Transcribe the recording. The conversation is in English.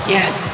Yes